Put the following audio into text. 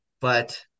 but-